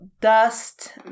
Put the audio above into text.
dust